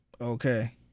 okay